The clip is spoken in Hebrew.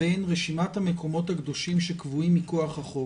בין רשימת המקומות הקדושים שקובעים מכוח החוק,